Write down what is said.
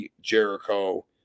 Jericho